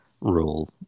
rule